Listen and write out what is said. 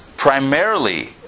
Primarily